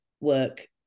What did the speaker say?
work